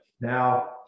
Now